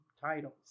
titles